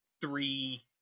three